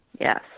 Yes